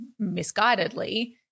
misguidedly